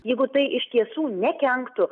jeigu tai iš tiesų nekenktų